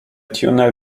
tunnel